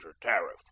tariff